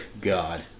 God